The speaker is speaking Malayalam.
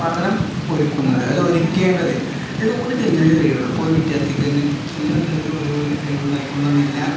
പഠനം ഒരുക്കുന്നത് അതായത് ഒരുക്കേണ്ടത് ഇതുപോലെയൊക്കെ എങ്ങനെയൊക്കെ ഇപ്പോള് ഒരു വിദ്യാർത്ഥിക്ക് തന്നെ എല്ലാ വിദ്യാർത്ഥികള്ക്കും ഒരേപോലെ കഴിവുണ്ടായിക്കൊള്ളമെന്നില്ല